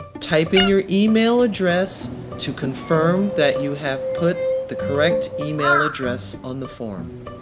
type in your email address to confirm that you have put the correct email address on the form.